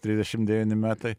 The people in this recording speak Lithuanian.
trisdešim devyni metai